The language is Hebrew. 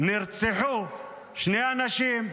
נרצחו שני אנשים.